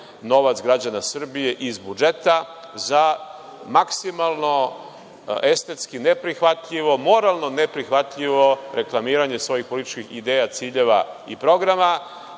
novac građana Srbije iz budžeta za maksimalno estetski neprihvatljivo, moralno neprihvatljivo reklamiranje svojih političkih ideja, ciljeva i programa,